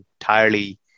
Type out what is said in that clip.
entirely